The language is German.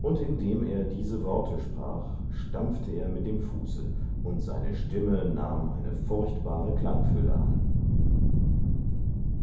und indem er diese worte sprach stampfte er mit dem fuße und seine stimme nahm eine furchtbare klangfülle an